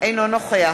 אינו נוכח